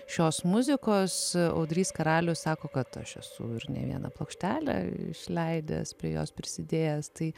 šios muzikos audrys karalius sako kad aš esu ir ne vieną plokštelę išleidęs prie jos prisidėjęs tai